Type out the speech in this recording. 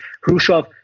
Khrushchev